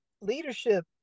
leadership